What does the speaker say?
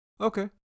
okay